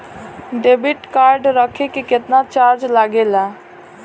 Debit card रखे के केतना चार्ज लगेला?